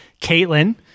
Caitlin